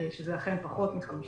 וזה אכן פחות מ-5%,